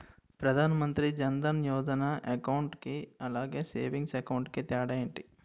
Pradhan Mantri Jan Dhan Yojana account కి అలాగే savings account కి తేడా ఏంటి?